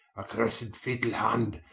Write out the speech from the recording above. accursed fatall hand,